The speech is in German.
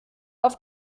auf